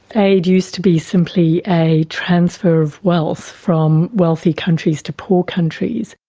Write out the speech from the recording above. aid used to be simply a transfer of wealth from wealthy countries to poor countries.